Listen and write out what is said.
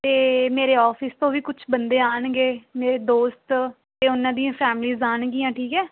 ਅਤੇ ਮੇਰੇ ਆਫਿਸ ਤੋਂ ਵੀ ਕੁਝ ਬੰਦੇ ਆਉਣਗੇ ਮੇਰੇ ਦੋਸਤ ਅਤੇ ਉਹਨਾਂ ਦੀਆਂ ਫੈਮਿਲੀਜ਼ ਆਉਣਗੀਆਂ ਠੀਕ ਹੈ